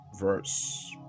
verse